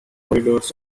corridors